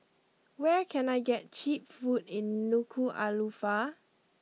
where can I get cheap food in Nuku'alofa